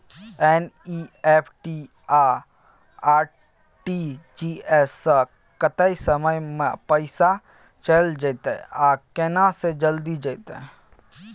NEFT आ RTGS स कत्ते समय म पैसा चैल जेतै आ केना से जल्दी जेतै?